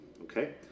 okay